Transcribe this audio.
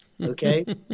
Okay